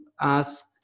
ask